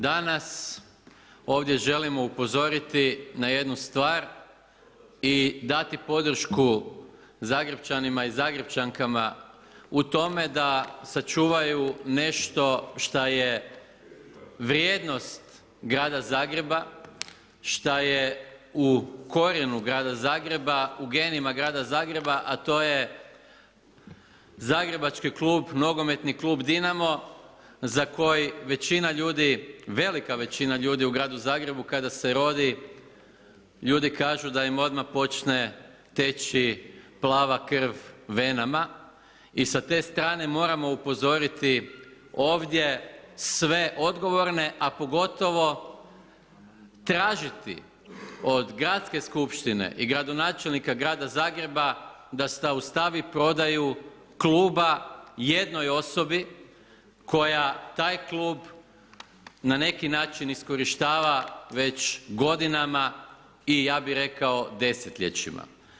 Danas ovdje želimo upozoriti na jednu stvar i dati podršku zagrepčanima i zagrepčankama u tome da sačuvaju nešto što je vrijednost grada Zagreba, što je u korijenu grada Zagreba, u genima grada Zagreba, a to je Zagrebački nogometni klub Dinamo za koji većina ljudi, velika većina ljudi u gradu Zagrebu kada se rodi, ljudi kažu da im odmah počne teći plava krv venama i sa te strane moramo upozoriti ovdje sve odgovorne, a pogotovo tražiti od gradske skupštine i gradonačelnika grada Zagreba da zaustavi prodaju kluba jednoj osobi koja taj klub na neki način iskorištava već godinama i ja bih rekao desetljećima.